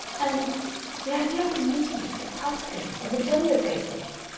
and the idea of committees, of hustings, of agenda-papers!